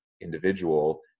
individual